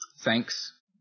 thanks